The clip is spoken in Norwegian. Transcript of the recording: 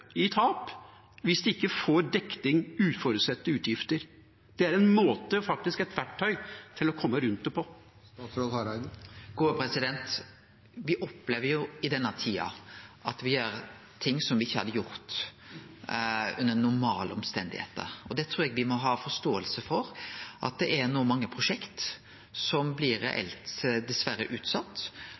i tap hvis de ikke får dekning for uforutsette utgifter. Det er en måte, et verktøy til å komme rundt det på. Me opplever i denne tida at me gjer ting som me ikkje hadde gjort under normale forhold. Det trur eg me må ha forståing for, at det no er mange prosjekt som reelt dessverre